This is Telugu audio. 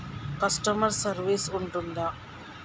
కస్టమర్ సర్వీస్ ఉంటుందా?